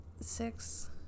six